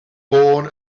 born